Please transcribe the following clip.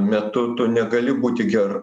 metu tu negali būti ger